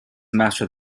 master